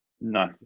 No